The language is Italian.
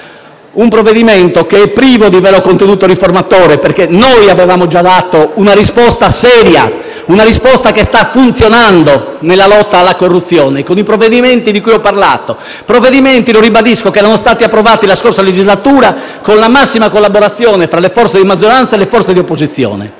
un provvedimento *spot*, privo di vero contenuto riformatore. Noi avevamo già dato una riposta seria, che sta funzionando nella lotta alla corruzione con i provvedimenti di cui ho parlato e che - lo ribadisco - erano stati approvati nella scorsa legislatura con la massima collaborazione tra le forze di maggioranza e di opposizione.